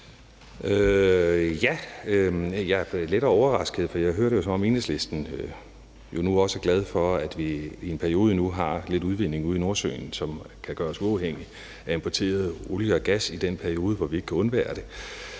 Jeg er lettere overrasket, for jeg hører det, som om Enhedslisten nu også er glad for, at vi i en periode endnu har lidt udvinding ude i Nordsøen, som kan gøre os uafhængige af importeret olie og gas i den periode, hvor vi ikke kan undvære det.